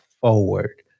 forward